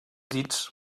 dits